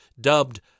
dubbed